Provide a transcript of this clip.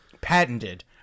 patented